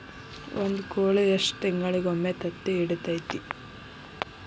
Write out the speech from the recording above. ಒಂದ್ ಕೋಳಿ ಎಷ್ಟ ತಿಂಗಳಿಗೊಮ್ಮೆ ತತ್ತಿ ಇಡತೈತಿ?